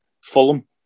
Fulham